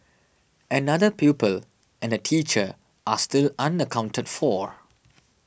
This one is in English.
another pupil and a teacher are still unaccounted for